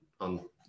on